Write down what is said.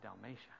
Dalmatia